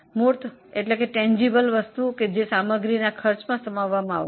મૂર્ત વસ્તુને માલ સામાનના ખર્ચમાં સામેલ કરવામાં આવે છે